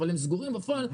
אבל הם סגורים בפועל,